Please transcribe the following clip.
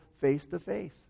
face-to-face